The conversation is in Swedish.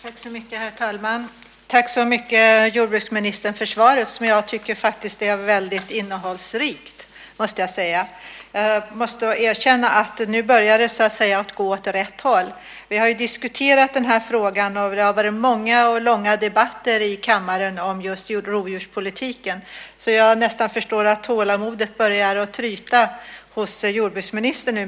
Herr talman! Tack så mycket för svaret, jordbruksministern. Jag tycker faktiskt att det är väldigt innehållsrikt. Jag måste erkänna att det nu börjar gå åt rätt håll. Vi har ju diskuterat den här frågan förr. Det har varit många och långa debatter i kammaren om just rovdjurspolitiken. Jag förstår nästan att tålamodet börjar tryta hos jordbruksministern.